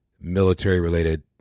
military-related